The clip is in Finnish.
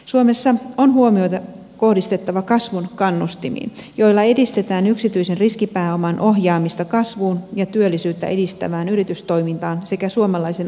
suomessa on huomiota kohdistettava kasvun kannustimiin joilla edistetään yksityisen riskipääoman ohjaamista kasvuun ja työllisyyttä edistävään yritystoimintaan sekä suomalaisen omistajuuden kehittämiseen